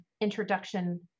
introduction